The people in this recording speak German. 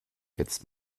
jetzt